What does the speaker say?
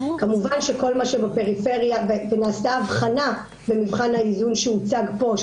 כמובן שכל מה שבפריפריה ונעשתה הבחנה במבחן האיזון שהוצג פה,